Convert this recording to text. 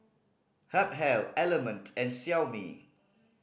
Habhal Element and Xiaomi